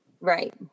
Right